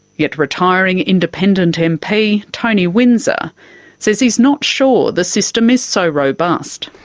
yet retiring independent mp tony windsor says he's not sure the system is so robust.